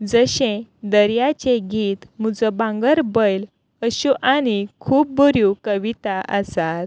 जशें दर्याचें गीत म्हजो बांगर बैल अश्यो आनीक खूब बऱ्यो कविता आसात